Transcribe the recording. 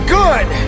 good